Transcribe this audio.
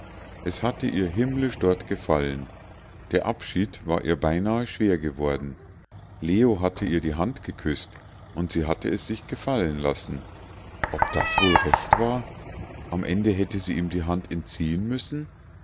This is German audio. es hatte ihr himmlisch dort gefallen der abschied war ihr beinahe schwer geworden leo hatte ihr die hand geküßt und sie hatte es sich gefallen lassen ob das wohl recht war am ende hätte sie ihm die hand entziehen müssen